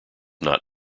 not